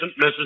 Mrs